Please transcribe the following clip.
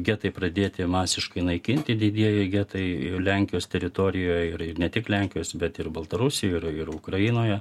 getai pradėti masiškai naikinti didieji getai lenkijos teritorijoj ir ir ne tik lenkijos bet ir baltarusijoj ir ir ukrainoje